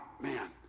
man